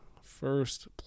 first